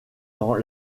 dans